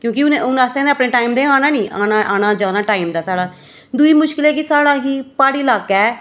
क्योंकि हून असें ते अपने टैम दे गै आना निं आना जाना टाइम दा साढ़ा दूई मुश्कल एह् ऐ की साढ़ा की प्हाड़ी लाका ऐ